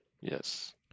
Yes